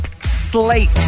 Slate